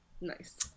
Nice